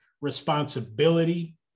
responsibility